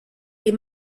des